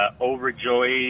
overjoyed